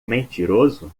mentiroso